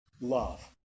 love